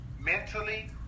mentally